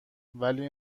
ولی